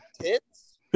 tits